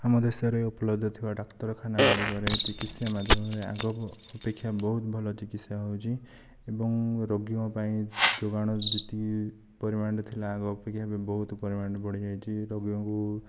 ଆମ ଦେଶରେ ଉପଲବ୍ଧ ଥିବା ଡାକ୍ତରଖାନା ଗୁଡ଼ିକରେ ଚିକିତ୍ସା ମାଧ୍ୟମରେ ଆଗ ଅପେକ୍ଷା ବହୁତ ଭଲ ଚିକିତ୍ସା ହେଉଛି ଏବଂ ରୋଗୀଙ୍କ ପାଇଁ ଯୋଗାଣ ଯେତିକି ପରିମାଣରେ ଥିଲା ଆଗ ଅପେକ୍ଷା ଏବେ ବହୁତ ପରିମାଣରେ ବଢ଼ିଯାଇଛି ରୋଗୀଙ୍କୁ